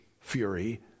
fury